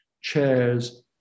chairs